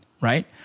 right